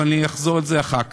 אני אחזור לזה אחר כך.